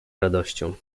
radością